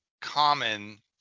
common